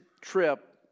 trip